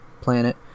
planet